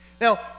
Now